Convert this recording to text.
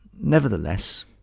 nevertheless